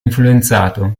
influenzato